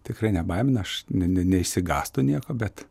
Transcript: tikrai nebaimina aš ne ne neišsigąstu nieko bet